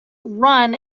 run